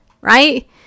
right